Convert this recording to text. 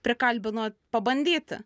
prikalbino pabandyti